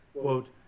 Quote